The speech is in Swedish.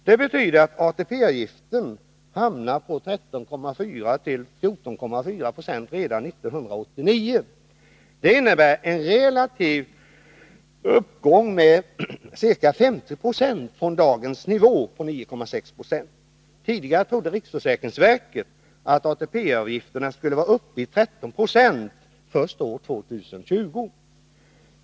Det betyder att ATP-avgiften hamnar på 13,4—14,4 96 redan 1989. Det innebär en relativ uppgång med ca 50 20 från dagens nivå, 9,6 70. Tidigare trodde riksförsäkringsverket att ATP-avgifterna skulle vara uppe i 13 90 först år 2020.